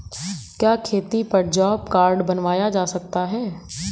क्या खेती पर जॉब कार्ड बनवाया जा सकता है?